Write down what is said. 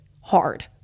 hard